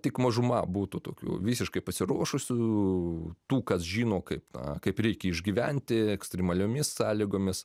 tik mažuma būtų tokių visiškai pasiruošusių tų kas žino kaip tą kaip reikia išgyventi ekstremaliomis sąlygomis